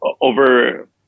over